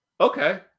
Okay